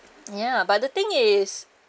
ya but the thing is